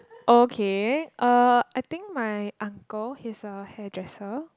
oh okay uh I think my uncle he's a hairdresser